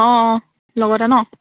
অঁ অঁ লগতে ন